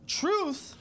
truth